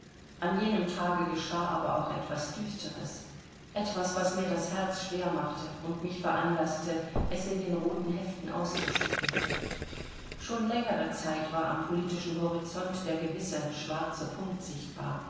an jenem tage geschah aber auch etwas düsteres etwas was mir das herz schwer machte und mich veranlaßte es in den roten heften auszuschütten schon längere zeit war am politischen horizont der gewisse schwarze punkt sichtbar